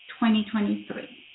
2023